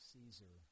Caesar